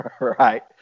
right